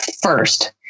first